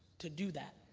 to do that.